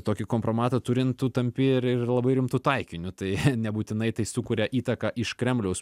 tokį kompromatą turint tu tampi ir ir labai rimtu taikiniu tai nebūtinai tai sukuria įtaką iš kremliaus